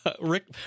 Rick